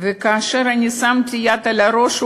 כאשר שמתי יד על ראשו,